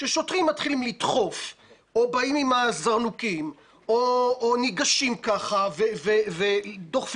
כששוטרים מתחילים לדחוף או באים עם הזרנוקים או ניגשים ככה ודוחפים